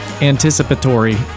Anticipatory